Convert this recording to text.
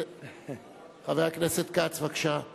חבר הכנסת כץ, בבקשה.